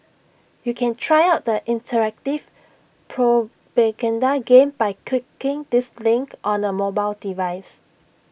you can try out the interactive propaganda game by clicking this link on A mobile device